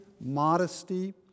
modesty